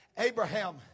Abraham